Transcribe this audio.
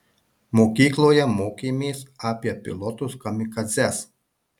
mokykloje mokėmės apie pilotus kamikadzes